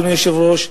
אדוני היושב-ראש,